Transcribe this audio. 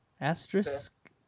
asterisk